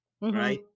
right